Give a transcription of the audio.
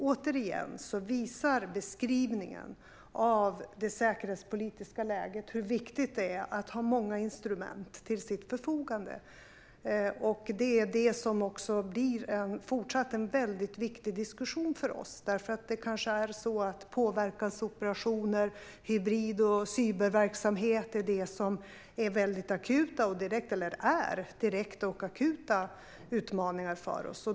Återigen visar beskrivningen av det säkerhetspolitiska läget hur viktigt det är att ha många instrument till sitt förfogande. Det är också det som blir en fortsatt viktig diskussion, eftersom påverkansoperationer och hybrid och cyberverksamheter är direkta och akuta utmaningar för oss.